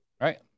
Right